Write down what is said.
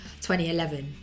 2011